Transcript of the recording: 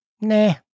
Nah